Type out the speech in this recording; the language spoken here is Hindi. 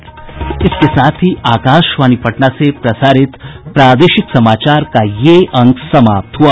इसके साथ ही आकाशवाणी पटना से प्रसारित प्रादेशिक समाचार का ये अंक समाप्त हुआ